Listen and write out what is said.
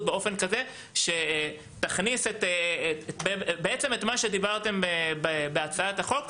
באופן כזה שמה שדיברתם במסגרת הצעת החוק,